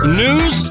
news